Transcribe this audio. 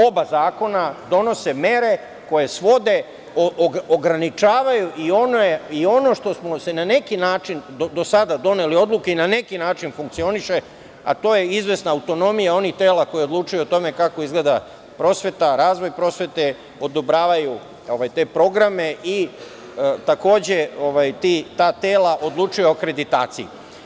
Oba zakona donose mere koje svode, ograničavaju i ono što smo se na neki način, do sada, doneli odluke i na neki način funkcioniše, a to je izvesna autonomija onih tela koji odlučuju o tome kako izgleda prosveta, razvoj prosvete, odobravaju te programe i takođe ta tela odlučuju o akreditaciji.